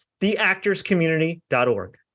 theactorscommunity.org